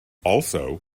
also